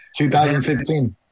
2015